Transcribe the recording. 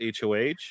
HOH